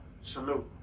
Salute